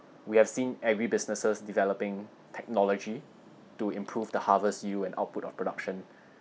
we have seen every businesses developing technology to improve the harvest yield and output of production